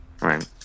right